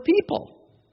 people